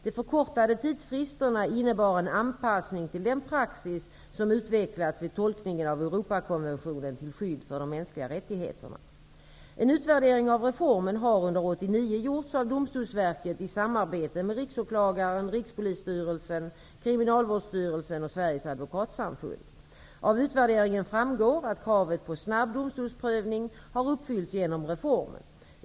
De förkortade tidsfristerna innebar en anpassning till den praxis som utvecklats vid tolkningen av En utvärdering av reformen har under 1989 gjorts av Domstolsverket i samarbete med Kriminalvårdsstyrelsen och Sveriges advokatsamfund. Av utvärderingen framgår att kravet på snabb domstolsprövning har uppfyllts genom reformen.